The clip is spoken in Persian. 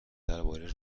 درباره